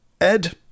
Ed